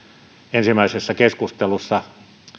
ensimmäisessä keskustelussa